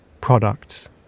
products